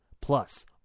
Plus